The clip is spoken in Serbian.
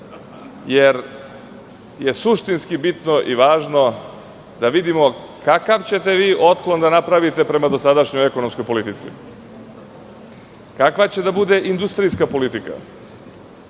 jer je suštinski bitno i važno da vidimo kakav ćete vi otklon da napravite prema dosadašnjoj ekonomskoj politici. Kakva će da bude industrijska politika.